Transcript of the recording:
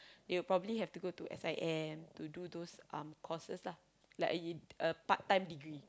they'll probably have to go to S_I_M to do those um courses lah like a u~ de~ a part-time degree